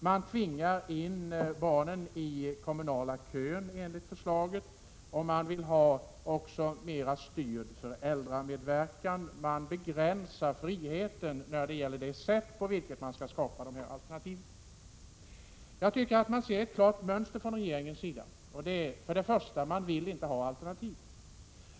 Man tvingar enligt förslaget in barn i den kommunala kön, och man vill också ha mer styrd föräldramedverkan. Man begränsar friheten när det gäller det sätt på vilket alternativen skall skapas. Jag tycker att vi kan se ett klart mönster från regeringens sida. För det första vill regeringen inte ha några alternativ.